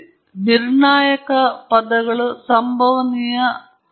ನಾನು ರೇಖೀಯ ಮತ್ತು ರೇಖಾತ್ಮಕವಲ್ಲದ ಹೀಗೆ ಉಲ್ಲೇಖಿಸುತ್ತಿಲ್ಲ